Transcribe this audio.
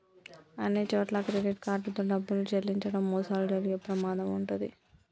అన్నిచోట్లా credit card తో డబ్బులు చెల్లించడం మోసాలు జరిగే ప్రమాదం వుంటది